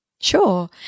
sure